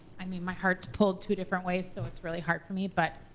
i mean my heart's pulled two different ways, so it's really hard for me, but.